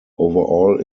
overall